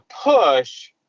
push